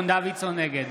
דוידסון, נגד